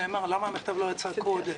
שאלו: למה המכתב לא יצא קודם?